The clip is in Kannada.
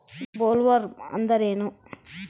ಬೊಲ್ವರ್ಮ್ ಅಂದ್ರೇನು?